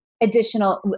additional